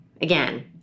again